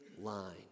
line